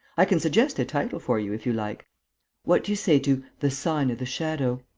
i can suggest a title for you if you like what do you say to the sign of the shadow?